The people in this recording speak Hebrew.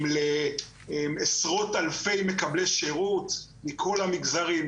לעשרות אלפי מקבלי שירות מכל המגזרים,